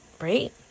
Right